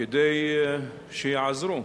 כדי שיעזרו.